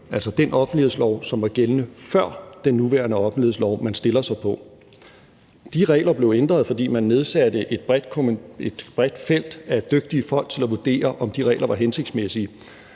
altså den offentlighedslov, som var gældende før den nuværende offentlighedslov, man stiller sig på. De regler blev ændret, fordi man nedsatte et bredt felt af dygtige folk til at vurdere, om de regler var hensigtsmæssige,